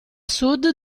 sud